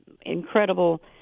incredible